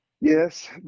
Yes